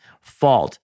fault